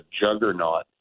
juggernaut